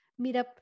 meetup